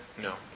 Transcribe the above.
No